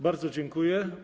Bardzo dziękuję.